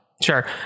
sure